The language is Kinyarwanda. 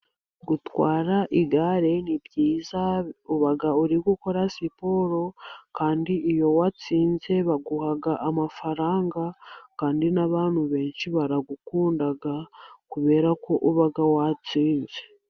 Gutwara igare ni byiza, uba uri gukora siporo, kandi iyo watsinze baguha amafaranga, kandi n'abantu benshi baragukunda kubera ko uba watsinze.